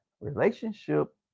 relationship